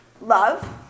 love